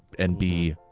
and be